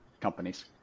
companies